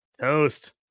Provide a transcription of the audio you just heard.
Toast